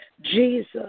Jesus